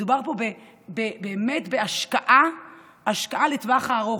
מדובר פה באמת בהשקעה לטווח ארוך.